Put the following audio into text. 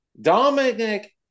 Dominic